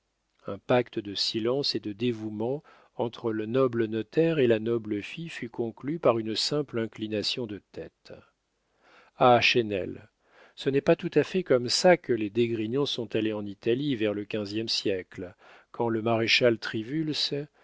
un pacte de silence et de dévouement entre le noble notaire et la noble fille fut conclu par une simple inclination de tête ah chesnel ce n'est pas tout-à-fait comme ça que les d'esgrignon sont allés en italie vers le quinzième siècle quand le maréchal